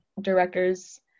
directors